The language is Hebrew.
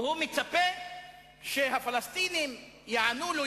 והוא מצפה שהפלסטינים יענו לו,